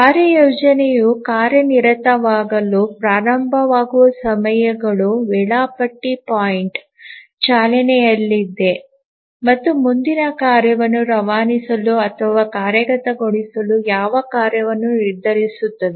ಕಾರ್ಯಯೋಜನೆಯು ಕಾರ್ಯನಿರತವಾಗಲು ಪ್ರಾರಂಭವಾಗುವ ಸಮಯಗಳು ವೇಳಾಪಟ್ಟಿ ಪಾಯಿಂಟ್ ಚಾಲನೆಯಲ್ಲಿದೆ ಮತ್ತು ಮುಂದಿನ ಕಾರ್ಯವನ್ನು ರವಾನಿಸಲು ಅಥವಾ ಕಾರ್ಯಗತಗೊಳಿಸಲು ಯಾವ ಕಾರ್ಯವನ್ನು ನಿರ್ಧರಿಸುತ್ತದೆ